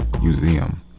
Museum